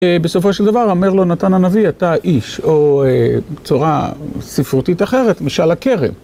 בסופו של דבר אומר לו נתן הנביא, אתה איש, או בצורה ספרותית אחרת, משל הקרב.